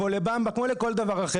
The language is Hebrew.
לבמבה או לכל דבר אחר.